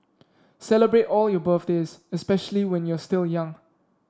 celebrate all your birthdays especially when you're still young